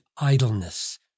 idleness—